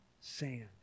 sand